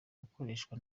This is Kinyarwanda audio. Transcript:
gukoreshwa